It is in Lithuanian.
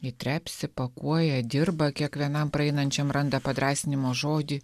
ji trepsi pakuoja dirba kiekvienam praeinančiam randa padrąsinimo žodį